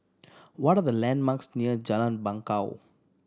what are the landmarks near Jalan Bangau